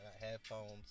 headphones